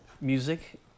music